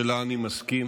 שלה אני מסכים,